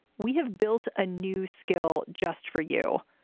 we have built a new skill just for you.